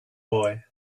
boy